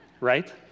right